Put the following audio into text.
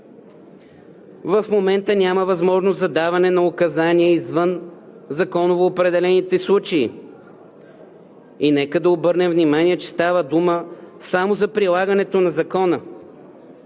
В момента няма възможност за даване на указания извън законовоопределените случаи. Нека да обърнем внимание, че става дума само за прилагането на Закона.